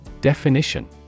Definition